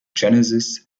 genesis